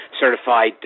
certified